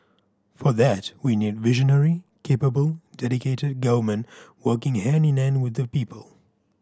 for that we need visionary capable dedicated government working hand in hand with the people